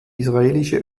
israelische